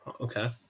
Okay